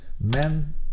Men